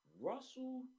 Russell